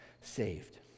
saved